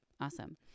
Awesome